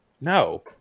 No